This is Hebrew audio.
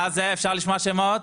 אפשר לשמוע שמות?